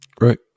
Right